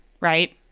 right